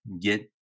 get